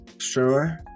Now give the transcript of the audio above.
sure